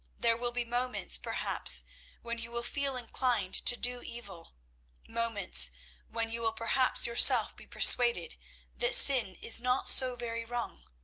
there will be moments perhaps when you will feel inclined to do evil moments when you will perhaps yourself be persuaded that sin is not so very wrong.